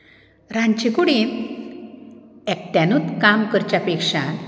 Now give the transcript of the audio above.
रांदचे कुडींत एकट्यानूत काम करच्या पेक्षा